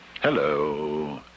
Hello